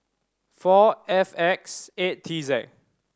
four F X eight T Z